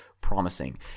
promising